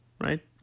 right